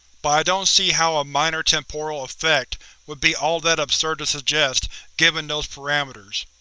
but i don't see how a minor temporal effect would be all that absurd to suggest given those parameters.